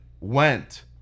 went